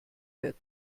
wird